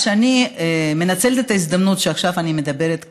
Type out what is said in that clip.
אני מנצלת את ההזדמנות שעכשיו אני מדברת כאן,